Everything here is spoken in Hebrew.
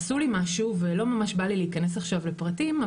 עשו לי משהו ולא ממש בא לי להיכנס עכשיו לפרטים,